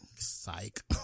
Psych